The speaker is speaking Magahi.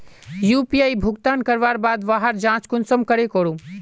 यु.पी.आई भुगतान करवार बाद वहार जाँच कुंसम करे करूम?